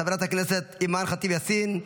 חברת הכנסת אימאן ח'טיב יאסין,